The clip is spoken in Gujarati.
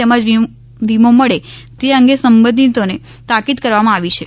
તેમ વીમો મળે તે અંગે સંબંધિતોને તાકિદ કરવામાં આવી છે